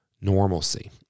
normalcy